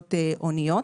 הכנסות הוניות,